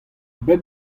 bep